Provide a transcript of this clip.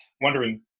wondering